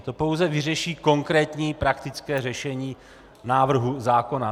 To pouze vyřeší konkrétní praktické řešení návrhu zákona.